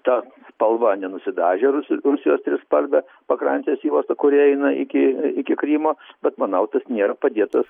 ta spalva nenusidažė rus rusijos trispalvė pakrantės juosta kuri eina iki iki krymo bet manau tas nėra padėtas